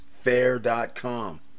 fair.com